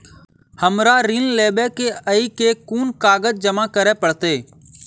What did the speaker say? हमरा ऋण लेबै केँ अई केँ कुन कागज जमा करे पड़तै?